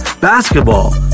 basketball